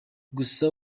gusa